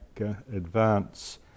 advance